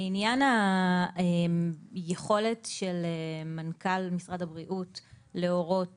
לעניין היכולת של מנכ"ל משרד הבריאות להורות